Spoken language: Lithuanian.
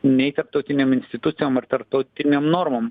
nei tarptautinėm institucijom ar tarptautinėm normom